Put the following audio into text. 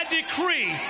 decree